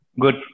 good